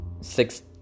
six